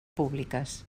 públiques